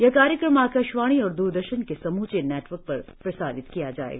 यह कार्यक्रम आकाशवाणी और द्रदर्शन के समूचे नेटवर्क पर प्रसारित किया जाएगा